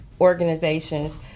organizations